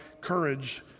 courage